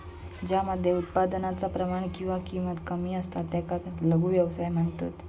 ज्या मध्ये उत्पादनाचा प्रमाण किंवा किंमत कमी असता त्याका लघु व्यवसाय म्हणतत